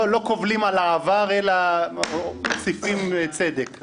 לא קובלים על העבר אלא מוסיפים צדק.